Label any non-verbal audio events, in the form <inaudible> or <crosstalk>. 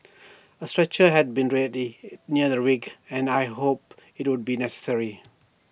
A stretcher had been readied near the <unintelligible> and I hoped IT would be necessary